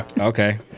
Okay